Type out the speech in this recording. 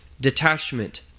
Detachment